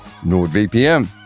NordVPN